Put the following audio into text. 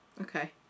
Okay